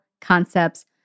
Concepts